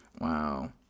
wow